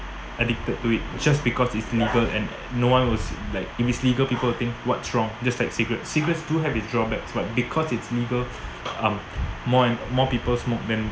addicted to it just because it's legal and no one was like if it's legal people would think what's wrong just like cigarette cigarette do have its drawbacks but because it's legal um more and more people smoke then